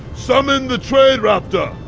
summon the trade raptor!